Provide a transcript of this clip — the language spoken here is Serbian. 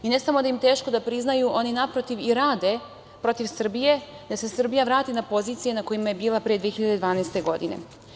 I ne samo da im je teško, oni naprotiv i rade protiv Srbije, da se Srbija vrati na pozicije na kojima je bila pre 2012. godine.